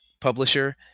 publisher